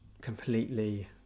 completely